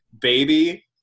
baby